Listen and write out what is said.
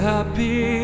Happy